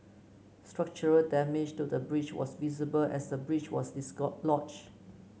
structural damage to the bridge was visible as the bridge was